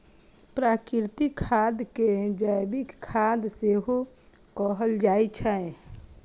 प्राकृतिक खाद कें जैविक खाद सेहो कहल जाइ छै